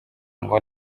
ngo